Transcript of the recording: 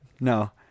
No